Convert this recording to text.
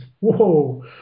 Whoa